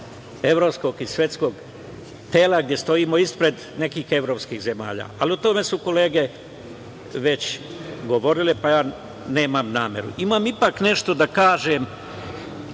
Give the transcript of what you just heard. evropskog i svetskog tela gde stojimo ispred nekih evropskih zemalja, ali o tome su kolege već govorile, pa nemam nameru. Imam nešto da kažem,